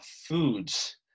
foods